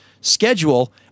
schedule